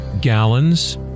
Gallons